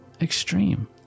extreme